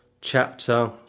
chapter